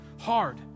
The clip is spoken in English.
hard